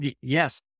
yes